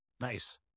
Nice